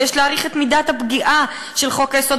ויש להעריך את מידת הפגיעה של חוק-היסוד